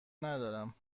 ندارم